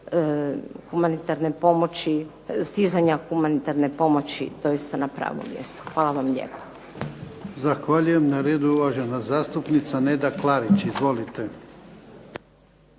stizanja humanitarne pomoći doista na pravo mjesto. Hvala vam lijepo.